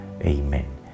Amen